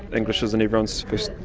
english isn't everyone's first.